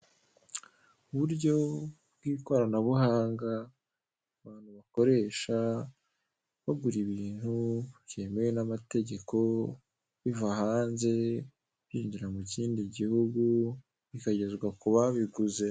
Uburyo bw'ikoranabuhanga abantu bakoresha bagura ibintu byemewe n'amategeko biva hanze byinjira mu kindi gihugu bikagezwa ku babiguze.